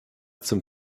zum